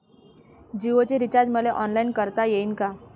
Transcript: जीओच रिचार्ज मले ऑनलाईन करता येईन का?